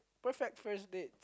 perfect first date